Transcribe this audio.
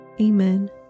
Amen